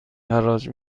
حراج